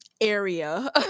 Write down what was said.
area